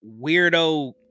weirdo